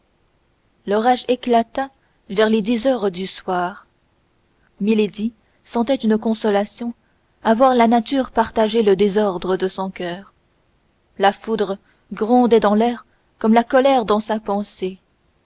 l'orage éclata vers les dix heures du soir milady sentait une consolation à voir la nature partager le désordre de son coeur la foudre grondait dans l'air comme la colère dans sa pensée